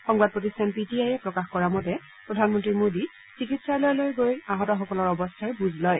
সংবাদ প্ৰতিষ্ঠান P T আয়ে প্ৰকাশ কৰা মতে প্ৰধানমন্ত্ৰী মোডীয়ে চিকিৎসালয়লৈ গৈ আহতসকলৰ অৱস্থাৰ বুজ লয়